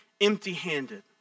empty-handed